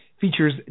features